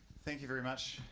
thank you very much.